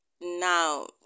now